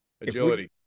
Agility